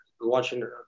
watching